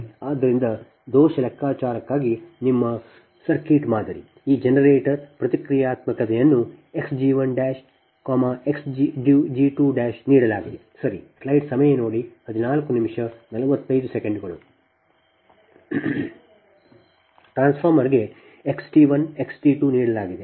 ಆದ್ದರಿಂದ ದೋಷ ಲೆಕ್ಕಾಚಾರಕ್ಕಾಗಿ ನಿಮ್ಮ ಸರ್ಕ್ಯೂಟ್ ಮಾದರಿ ಈ ಜನರೇಟರ್ ನಿಮ್ಮ ಜನರೇಟರ್ ಪ್ರತಿಕ್ರಿಯಾತ್ಮಕತೆಯನ್ನು xg1 xg2 ನೀಡಲಾಗಿದೆ ಸರಿ ಟ್ರಾನ್ಸ್ಫಾರ್ಮರ್ಗೆ x T1 x T2 ನೀಡಲಾಗಿದೆ